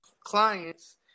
clients